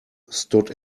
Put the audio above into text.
stood